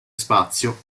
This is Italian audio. spazio